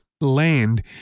land